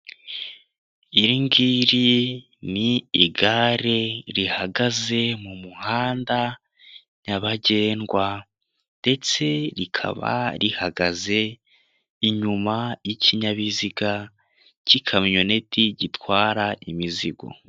Iri ngiri ni igare rihagaze mu muhanda nyabagendwa ndetse rikaba rihagaze inyuma y'ikinyabiziga cy'ikamyoneti gitwara imizigo.